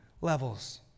levels